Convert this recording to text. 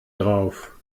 drauf